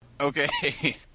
Okay